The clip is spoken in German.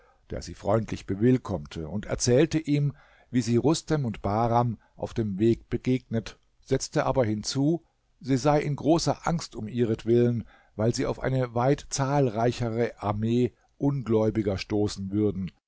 der sie freundlich bewillkommte und erzählte ihm wie sie rustem und bahram auf dem weg begegnet setzte aber hinzu sie sei in großer angst um ihretwillen weil sie auf eine weit zahlreichere armee ungläubiger stoßen würden